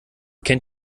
kennt